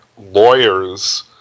lawyers